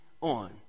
on